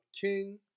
king